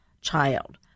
child